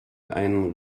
einen